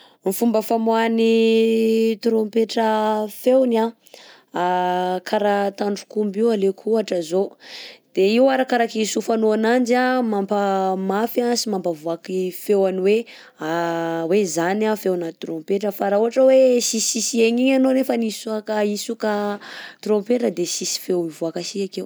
Fomba famoahan'ny trompetra feony kara tandrok'omby io aleko ohatra zao de io arakaraky itsofanao ananjy mampa mafy sy mampivoaky feony hoe zany a feona trompetra fa raha ohatra hoe itsitsitsitsy egna igny anao nefa hitsoaka hitsoka trompetra de tsisy feo mivoaka sy akeo.